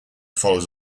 follows